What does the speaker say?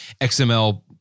XML